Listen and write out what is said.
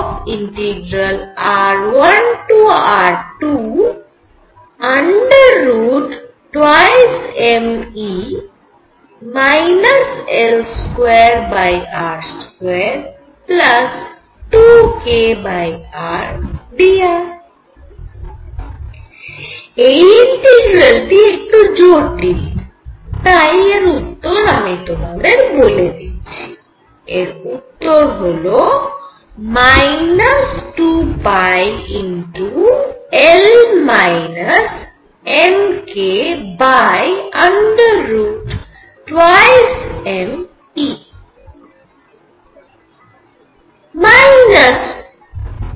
এই ইন্টিগ্রালটি একটু জটিল তাই এর উত্তর আমি তোমাদের বলে দিচ্ছি এর উত্তর হল 2πL mk 2mE